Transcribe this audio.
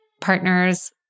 partners